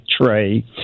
tray